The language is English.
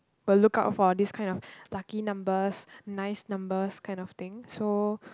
will lookout for these kind of lucky numbers nice numbers kind of thing so